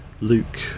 Luke